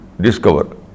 discover